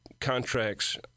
contracts